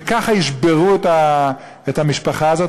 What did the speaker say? וככה ישברו את המשפחה הזאת,